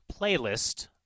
playlist